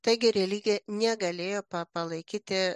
taigi religija negalėjo pa palaikyti